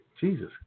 Jesus